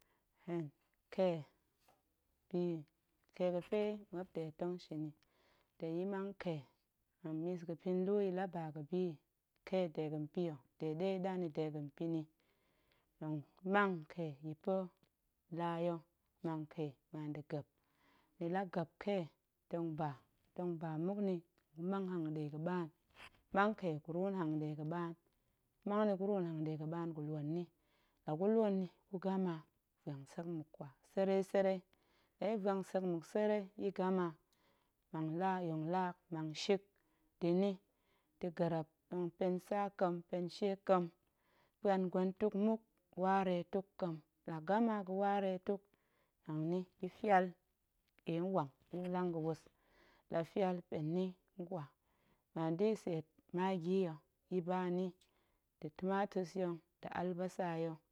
Hen kee bi kee ga̱fe muop nɗe tong shin yi, tong ya̱ mang kee ga̱mis, gəpinlu ya̱ la ba ga̱ bi kee dega̱n pa̱ ya̱ de ɗe ya̱ ɗan yi dega̱n pa̱ni, tong ya̱ mang kee ya̱ pa̱ laa ya̱ mang kee muan da̱ gep, ni la gep kee tong ba mmuk nni, ya̱ mang hanga̱ɗe ga̱ɓaan, mang kee gu ruun nhanga̱ɗe ga̱ɓaan, mang ni gu ruun hanga̱ɗe ga̱ɓaan gu luen ni, la gu luen ni gu gama, vuang sek muk nkwa serei serei, la ya̱ vuang sek muk serei ya̱ gama, mang laa yong laa mang shik da̱ nni da̱ gerrep, pen tsa ƙem pen shie ƙem, puan gwen tuk muk, ware tuk ƙem, la gama ga̱ ware tuk mang ni ya̱ fual, ɗie nwang ya̱ lang gəwus, muan da̱ ya̱ tseet magi ya̱, ya̱ ba nni nda̱ tumatus ya̱ nda̱ albasa ya̱.